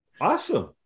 Awesome